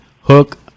hook